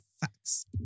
Facts